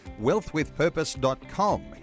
Wealthwithpurpose.com